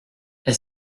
est